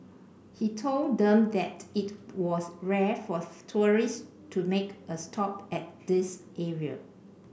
he told them that it was rare forth tourists to make a stop at this area